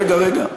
רגע, רגע.